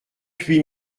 huit